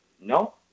No